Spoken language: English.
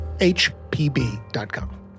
hpb.com